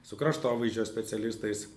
su kraštovaizdžio specialistais